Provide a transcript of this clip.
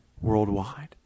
worldwide